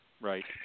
right